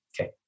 Okay